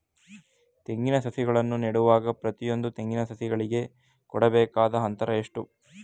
ತೆಂಗಿನ ಸಸಿಗಳನ್ನು ನೆಡುವಾಗ ಪ್ರತಿಯೊಂದು ತೆಂಗಿನ ಸಸಿಗಳಿಗೆ ಕೊಡಬೇಕಾದ ಅಂತರ ಎಷ್ಟು?